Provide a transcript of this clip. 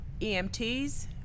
EMTs